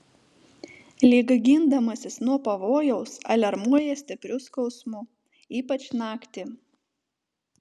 lyg gindamasis nuo pavojaus aliarmuoja stipriu skausmu ypač naktį